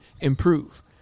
improve